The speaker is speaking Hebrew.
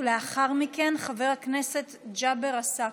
לאחר מכן, חבר הכנסת ג'אבר עסאקלה.